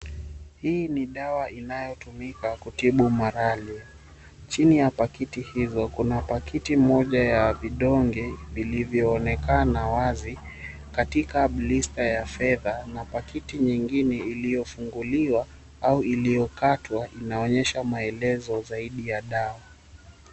Hii ni dawa inayotumika kutibu malaria. Chini ya pakiti hizo, kuna pakiti moja ya vidonge vilivyooneka wazi katika blista ya fedha na pakiti nyingine iliyofunguliwa au iliyokatwa inaonyesha maelezo zaidi ya dawa.